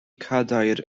cadair